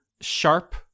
sharp